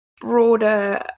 broader